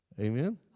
Amen